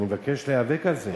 ואני מבקש להיאבק על זה.